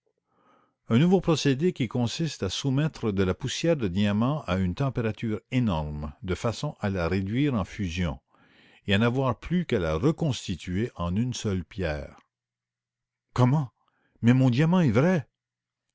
un nouveau procédé qui consiste à soumettre de la poussière de diamant à une température énorme de façon à la réduire en fusion et à n'avoir plus qu'à la reconstituer en une seule pierre comment mais mon diamant est vrai